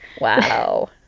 wow